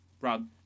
Rob